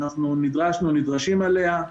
אנחנו נדרשים אליה.